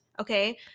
okay